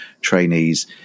trainees